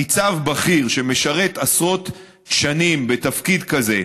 ניצב בכיר שמשרת עשרות שנים בתפקיד כזה,